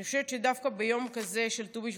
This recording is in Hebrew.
אני חושבת שדווקא ביום כזה של ט"ו בשבט,